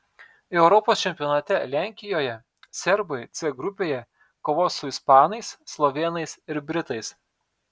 europos čempionate lenkijoje serbai c grupėje kovos su ispanais slovėnais ir britais